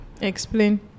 explain